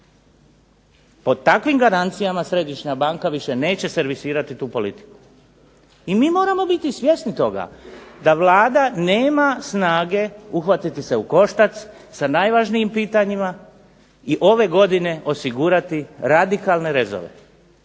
O takvim garancijama Središnja banka više neće servisirati tu politiku. I mi moramo biti svjesni toga da Vlada nema snage uhvatiti se u koštac sa najvažnijim pitanjima i ove godine osigurati radikalne rezove.